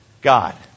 God